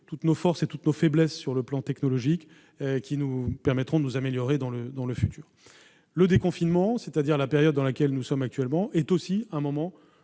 toutes nos forces et toutes nos faiblesses sur le plan technologique, qui nous permettront de nous améliorer dans le futur. Le déconfinement- la période dans laquelle nous sommes actuellement -est aussi un moment